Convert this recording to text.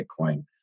Bitcoin